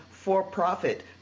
For-profit